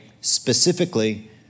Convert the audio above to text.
specifically